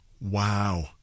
Wow